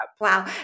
Wow